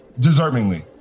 Deservingly